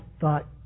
thought